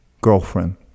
girlfriend